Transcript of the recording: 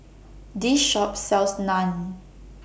This Shop sells Naan